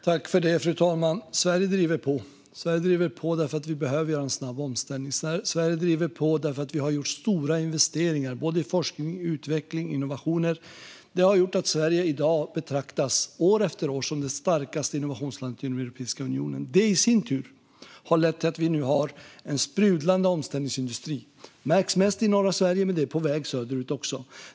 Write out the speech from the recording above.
Fru talman! Sverige driver på. Sverige driver på eftersom vi behöver göra en snabb omställning. Sverige driver på därför att vi har gjort stora investeringar i såväl forskning och utveckling som innovationer. Det har gjort att Sverige i dag och år efter år betraktas som det starkaste innovationslandet inom Europeiska unionen. Det har i sin tur lett till att vi nu har en sprudlande omställningsindustri. Det märks mest i norra Sverige, men det är på väg söderut också.